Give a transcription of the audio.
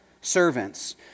Servants